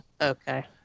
okay